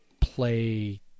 play